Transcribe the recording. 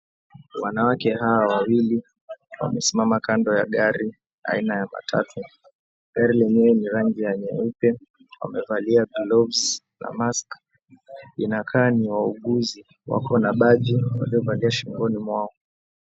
Wanawake hawa wawili wamesimama kando ya gari aina ya matatu. Gari lenyewe ni la rangi ya nyeupe. Wamevalia gloves na mask inakaa ni wauguzi wako na baji wamevalia shingoni mwao.